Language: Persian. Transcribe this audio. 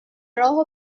راهو